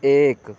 ایک